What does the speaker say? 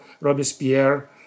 Robespierre